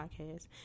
podcast